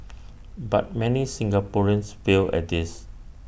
but many Singaporeans fail at this